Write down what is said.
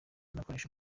nakoresha